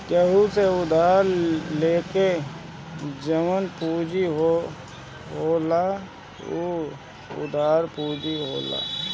केहू से उधार लेके जवन पूंजी होला उ उधार पूंजी होला